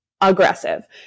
aggressive